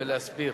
ולהסביר.